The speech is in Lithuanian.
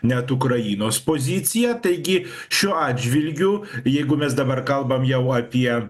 net ukrainos poziciją taigi šiuo atžvilgiu jeigu mes dabar kalbam jau apie